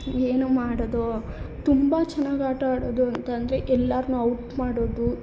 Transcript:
ಏನು ಮಾಡೋದು ತುಂಬ ಚೆನ್ನಾಗಿ ಆಟ ಆಡೋದು ಅಂತ ಅಂದರೆ ಎಲ್ಲರ್ನೂ ಔಟ್ ಮಾಡೋದು